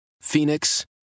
Phoenix